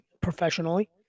professionally